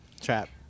trap